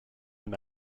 him